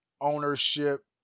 ownership